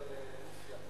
לא נמצא,